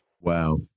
Wow